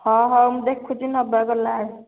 ହଁ ହେଉ ମୁଁ ଦେଖୁଛି ନେବା ଗଲାବେଳେ